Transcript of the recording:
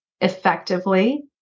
effectively